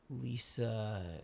Lisa